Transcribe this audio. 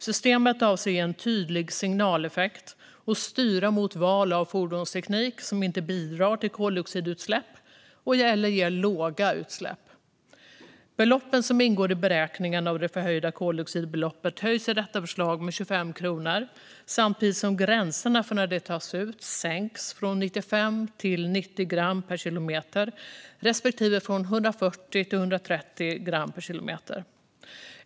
Systemet avser att ge en tydlig signaleffekt och styra mot val av fordonsteknik som inte bidrar till koldioxidutsläpp eller som ger låga utsläpp. Beloppen som ingår i beräkningen av det förhöjda koldioxidbeloppet höjs i detta förslag med 25 kronor samtidigt som gränserna för när det tas ut sänks från 95 till 90 gram per kilometer respektive från 140 till 130 gram per kilometer.